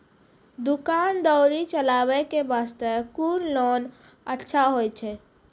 दुकान दौरी चलाबे के बास्ते कुन लोन अच्छा होय छै?